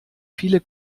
viele